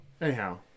Anyhow